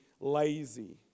lazy